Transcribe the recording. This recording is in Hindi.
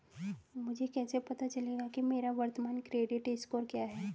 मुझे कैसे पता चलेगा कि मेरा वर्तमान क्रेडिट स्कोर क्या है?